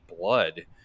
blood